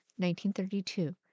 1932